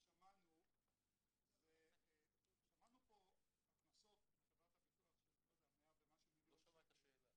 שמענו פה הכנסות לחברת הביטוח של 100 ומשהו מיליון שקל.